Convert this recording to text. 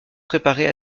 préparées